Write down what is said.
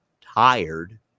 tired